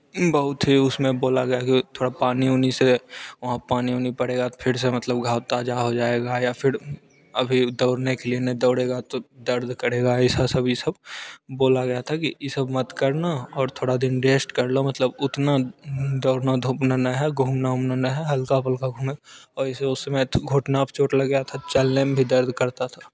बहुत ही उसमें बोला गया की थोड़ा पानी वोनी से वहाँ पानी वानी पड़ेगा फिर से मतलब घाव ताजा हो जाएगा या फिर अभी दौड़ने के लिए नहीं दौड़ेगा तो दर्द करेगा ऐसा सभी सब बोला गया था कि ये सब मत करना और थोड़ा दिन रेस्ट कर लो मतलब उतना दौड़ना धूपना नहीं है घूमना वुमना नहीं है हल्का फुलका घूमना और इसे उससे मैथ्स घुटना आप चोट लग गया था चलने में भी दर्द करता था